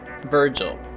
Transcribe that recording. Virgil